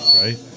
Right